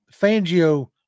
Fangio